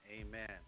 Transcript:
Amen